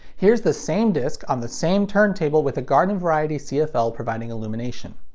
here's the same disc on the same turntable with a garden variety cfl providing illumination.